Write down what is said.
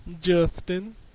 Justin